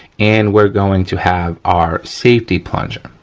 and we're going to have our safety plunger,